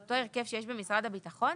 אותו הרכב שיש במשרד הביטחון?